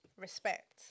respect